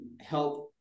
help